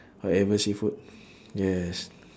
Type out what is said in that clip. whatever seafood yes